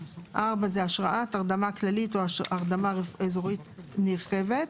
(4) השראת הרדמה כללית או הרדמה אזורית נרחבת,